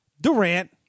Durant